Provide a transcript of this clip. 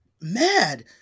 mad